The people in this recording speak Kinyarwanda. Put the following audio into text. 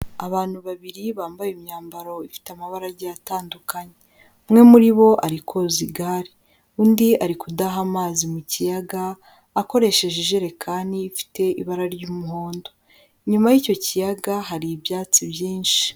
Abantu babiri bambaye imyambaro ifite amabara agiye atandukanye, umwe muri bo ari koza igare undi ari kudaha amazi mu kiyaga akoresheje ijerekani ifite ibara ry'umuhondo nyuma y'icyo kiyaga hari ibyatsi byinshi.